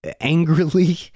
angrily